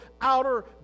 outer